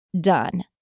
done